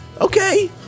okay